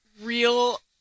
real